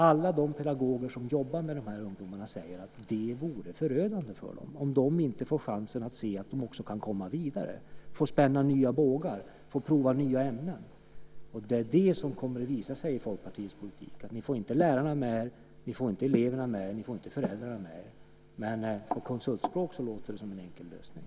Alla pedagoger som jobbar med dessa ungdomar säger att det vore förödande för dem om de inte fick chansen att se att de kan komma vidare, få spänna nya bågar och prova nya ämnen. Det är det som kommer att visa sig i Folkpartiets politik. Ni får inte lärarna med er, inte eleverna och inte föräldrarna. Men på konsultspråk låter det som en enkel lösning.